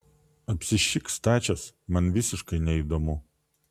apsišik stačias man visiškai neįdomu